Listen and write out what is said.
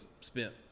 spent